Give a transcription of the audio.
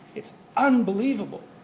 it's unbelievable.